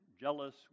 jealous